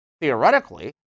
theoretically